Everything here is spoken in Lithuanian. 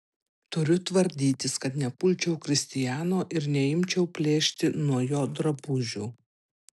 turiu tvardytis kad nepulčiau kristiano ir neimčiau plėšti nuo jo drabužių